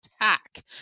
Attack